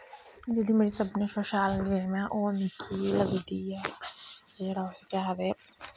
जेह्ड़ी मेरी सभनी शा शैल गेम ऐ ओह् मिगी लगदी ऐ जरा उसी केह् आखदे